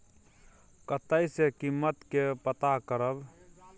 कतय सॅ कीमत के पता करब?